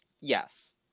Yes